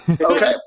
Okay